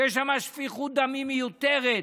שיש בה שפיכות דמים מיותרת.